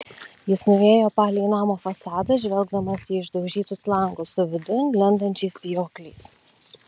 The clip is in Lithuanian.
jis nuėjo palei namo fasadą žvelgdamas į išdaužytus langus su vidun lendančiais vijokliais